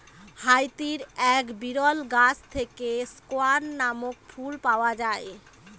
হাইতির এক বিরল গাছ থেকে স্কোয়ান নামক ফুল পাওয়া যায়